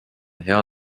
hea